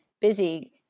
busy